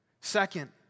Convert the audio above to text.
Second